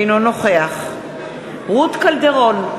אינו נוכח רות קלדרון,